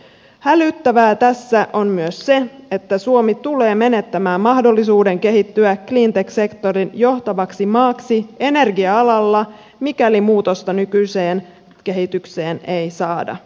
hälyttävää tässä on myös se että suomi tulee menettämään mahdollisuuden kehittyä cleantech sektorin johtavaksi maaksi energia alalla mikäli muutosta nykyiseen kehitykseen ei saada